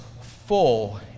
full